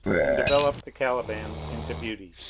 and develop the calibans into beauty,